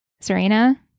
Serena